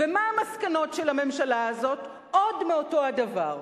ומה המסקנות של הממשלה הזאת, עוד מאותו הדבר: